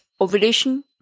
ovulation